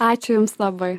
ačiū jums labai